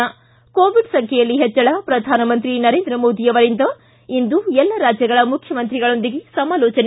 ಕೊ ಕೋವಿಡ್ ಸಂಖ್ಯೆಯಲ್ಲಿ ಪೆಚ್ಚಳ ಪ್ರಧಾನಮಂತ್ರಿ ನರೇಂದ್ರ ಮೋದಿ ಅವರಿಂದ ಇಂದು ಎಲ್ಲ ರಾಜ್ಯಗಳ ಮುಖ್ಯಮಂತ್ರಿಗಳೊಂದಿಗೆ ಸಮಾಲೋಚನೆ